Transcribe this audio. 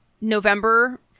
November